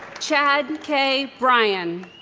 chad k. bryan